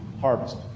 harvest